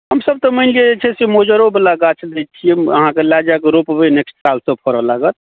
हमसभ तऽ मानि लिअ जे छै से मज्जरोवला गाछ दै छियै अहाँ लए जा कऽ रोपबै नेक्स्ट सालसँ ओ फड़य लागत